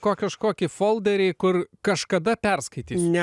ko kažkokį folderį kur kažkada perskaitysiu